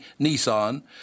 Nissan